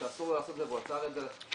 שאסור לו לעשות את זה והוא עצר את זה.